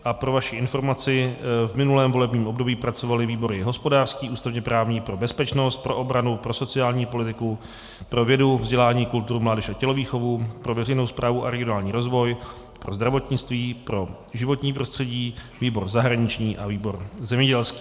A pro vaši informaci, v minulém volebním období pracovaly výbory hospodářský, ústavněprávní, pro bezpečnost, pro obranu, pro sociální politiku, pro vědu, vzdělání, kulturu, mládež a tělovýchovu, pro veřejnou správu a regionální rozvoj, pro zdravotnictví, pro životní prostředí, výbor zahraniční a výbor zemědělský.